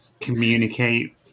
communicate